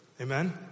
Amen